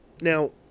Now